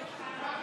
לא נתקבלה.